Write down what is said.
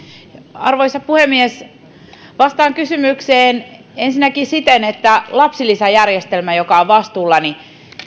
arvoisa puhemies vastaan kysymykseen ensinnäkin siten että lapsilisäjärjestelmän joka on vastuullani